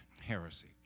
heresy